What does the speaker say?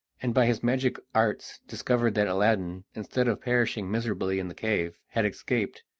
and by his magic arts discovered that aladdin, instead of perishing miserably in the cave, had escaped,